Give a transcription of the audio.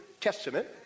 Testament